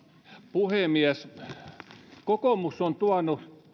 puhemies kokoomus on tuonut